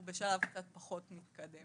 הוא בשלב קצת פחות מתקדם.